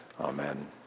Amen